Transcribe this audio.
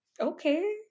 okay